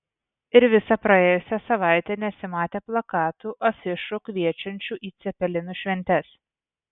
ir visą praėjusią savaitę nesimatė plakatų afišų kviečiančių į cepelinų šventes